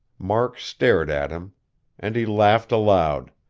mark stared at him and he laughed aloud.